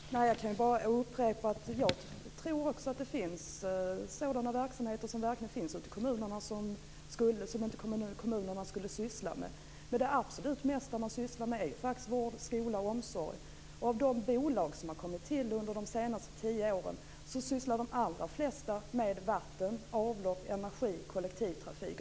Herr talman! Jag kan bara upprepa att jag också tror att det finns verksamheter i kommunerna som kommunerna inte borde syssla med. Men det de sysslar absolut mest med är faktiskt vård, skola och omsorg. Av de bolag som har kommit till under de senaste tio åren sysslar de allra flesta med vatten, avlopp, energi och kollektivtrafik.